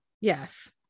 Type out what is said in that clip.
yes